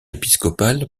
épiscopal